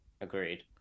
Agreed